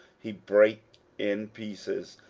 he brake in pieces,